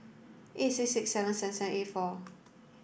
eight six six seven seven seven eight four